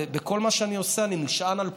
בכל מה שאני עושה אני נשען על קודמיי,